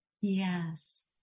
Yes